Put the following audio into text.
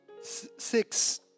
Six